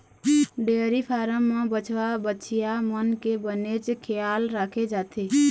dairy farm म बछवा, बछिया मन के बनेच खियाल राखे जाथे